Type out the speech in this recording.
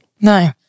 No